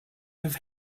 have